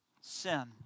sin